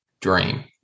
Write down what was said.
dream